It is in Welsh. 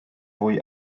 fwy